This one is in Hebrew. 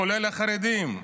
כולל החרדים.